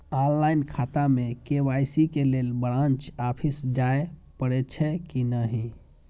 Online खाता में KYC के लेल ब्रांच ऑफिस जाय परेछै कि नहिं?